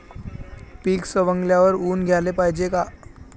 पीक सवंगल्यावर ऊन द्याले पायजे का?